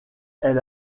elle